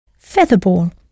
featherball